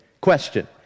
Question